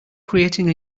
creating